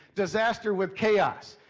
disaster with chaos!